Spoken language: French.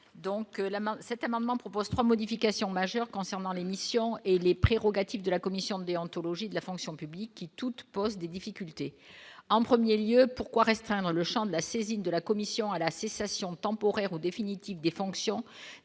main cet amendement propose 3 modifications majeures concernant les missions et les prérogatives de la commission déontologie de la fonction publique toute pose des difficultés en 1er lieu pourquoi restreindre le Champ de la saisine de la commission à la cessation temporaire ou définitive des fonctions